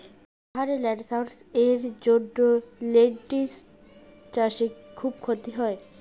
পাহাড়ে ল্যান্ডস্লাইডস্ এর জন্য লেনটিল্স চাষে খুব ক্ষতি হয়